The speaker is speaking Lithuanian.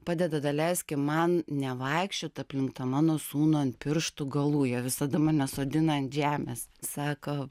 padeda daleiskim man nevaikščiot aplink tą mano sūnų ant pirštų galų jie visada mane sodina ant žemės sako